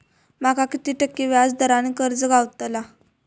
माका किती टक्के व्याज दरान कर्ज गावतला?